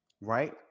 Right